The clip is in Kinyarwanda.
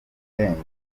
bifuzaga